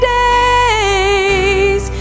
days